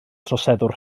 troseddwr